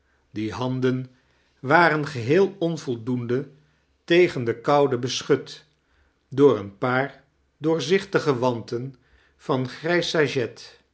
die handen waren gehecl onvoldoende tegen de koude beschut door een paar doorzichtige wanten van grijs